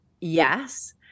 yes